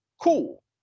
cool